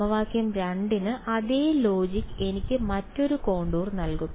സമവാക്യം 2 ന് അതേ ലോജിക് എനിക്ക് മറ്റൊരു കോണ്ടൂർ നൽകും